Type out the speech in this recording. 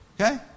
Okay